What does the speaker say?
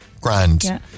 Grand